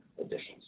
additions